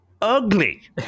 ugly